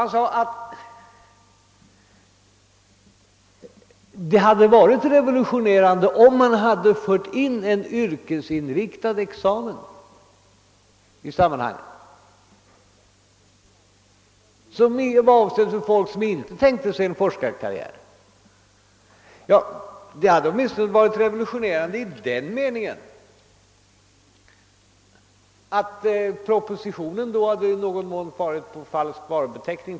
Han sade att det hade varit revolutionerande om man i sammanhanget hade fört in en yrkesinriktad examen som är avsedd för folk som inte tänker sig en forskarkarriär. Det hade åtminstone varit revolutionerande i den meningen att propositionen då i någon mån hade haft falsk varubeteckning.